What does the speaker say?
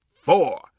four